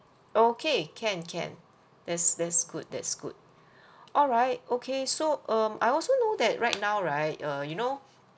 okay can can that's that's good that's good all right okay so um I also know that right now right uh you know